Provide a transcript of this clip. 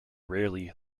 rarely